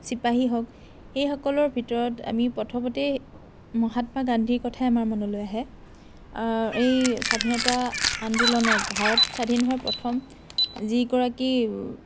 চিপাহী হওক সেইসকলৰ ভিতৰত আমি প্ৰথমতেই মহাত্মা গান্ধীৰ কথাই আমাৰ মনলৈ আহে এই স্বাধীনতা আন্দোলনৰ ভাৰত স্বাধীন হোৱাৰ প্ৰথম যি গৰাকী